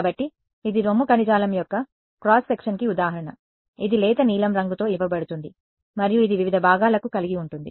కాబట్టి ఇది రొమ్ము కణజాలం యొక్క క్రాస్ సెక్షన్ కి ఉదాహరణ ఇది లేత నీలం రంగుతో ఇవ్వబడుతుంది మరియు ఇది వివిధ భాగాలను కలిగి ఉంటుంది